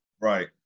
right